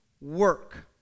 work